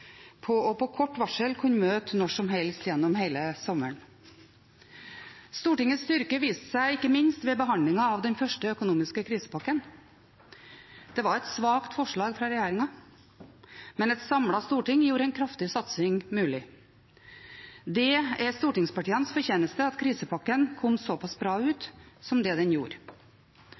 på å på kort varsel kunne møte når som helst gjennom hele sommeren. Stortingets styrke viste seg ikke minst ved behandlingen av den første økonomiske krisepakken. Det var et svakt forslag fra regjeringen, men et samlet storting gjorde en kraftig satsing mulig. Det er stortingspartienes fortjeneste at krisepakken kom såpass bra ut som det den gjorde.